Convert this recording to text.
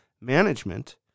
management